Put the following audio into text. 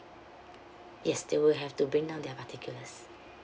yes they will have to bring down their particulars